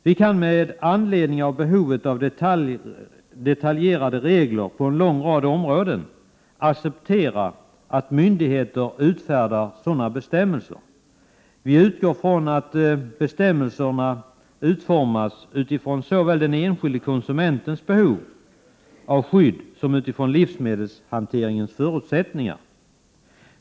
Vi kan med anledning av behovet av detaljerade regler på en lång rad områden acceptera att myndigheter utfärdar sådana bestämmelser. Vi utgår från att bestämmelserna utformas utifrån såväl den enskilde konsumentens behov av skydd som utifrån livsmedelshanteringens förutsättningar.